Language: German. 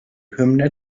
hymne